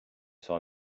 sens